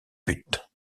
but